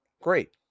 Great